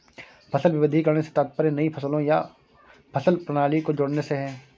फसल विविधीकरण से तात्पर्य नई फसलों या फसल प्रणाली को जोड़ने से है